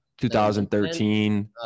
2013